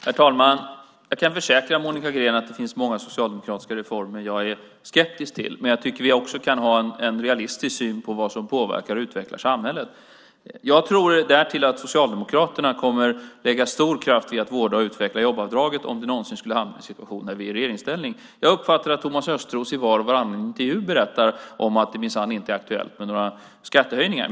Herr talman! Jag kan försäkra Monica Green att det finns många socialdemokratiska reformer jag är skeptisk till, men jag tycker att vi också kan ha en realistisk syn på vad som påverkar och utvecklar samhället. Jag tror därtill att Socialdemokraterna kommer att lägga stor kraft vid att vårda och utveckla jobbavdraget om de någonsin skulle hamna i en situation där de är i regeringsställning. Jag uppfattar att Thomas Östros i var och varannan intervju berättar att det minsann inte är aktuellt med några skattehöjningar.